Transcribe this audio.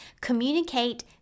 Communicate